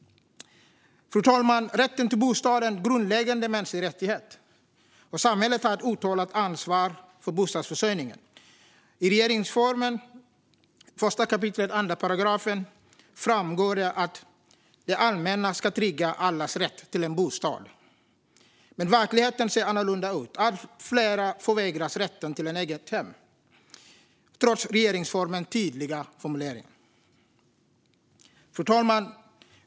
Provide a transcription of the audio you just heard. Fru talman! Rätten till bostad är en grundläggande mänsklig rättighet. Samhället har ett uttalat ansvar för bostadsförsörjningen. I regeringsformen 1 kap. 2 § framgår det att det allmänna ska trygga allas rätt till en bostad. Verkligheten ser dock annorlunda ut. Allt fler förvägras rätten till ett eget hem, trots regeringsformens tydliga formulering. Fru talman!